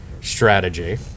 strategy